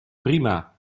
prima